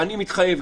ואני מתחייב.